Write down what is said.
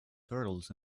turtles